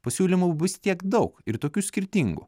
pasiūlymų bus tiek daug ir tokių skirtingų